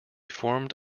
formed